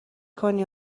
کنی